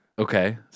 Okay